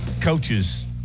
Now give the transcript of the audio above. coaches